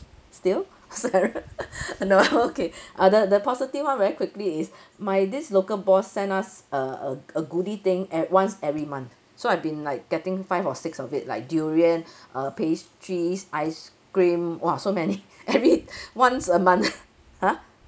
still no okay err the the positive one very quickly is my this local boss sent us a a a goody thing at once every month so I've been like getting five or six of it like durian uh pastries ice cream !wah! so many every once a month !huh!